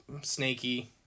snaky